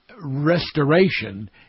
restoration